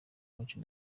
umuco